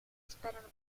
esperando